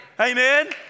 Amen